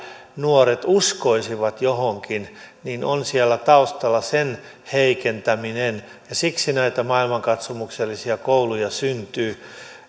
nuoret uskoisivat johonkin on siellä taustalla sen heikentäminen ja siksi näitä maailmankatsomuksellisia kouluja syntyy